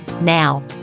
Now